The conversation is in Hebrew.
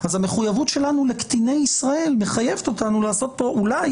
אז המחויבות שלנו לקטיני ישראל מחייבת אותנו לעשות פה אולי,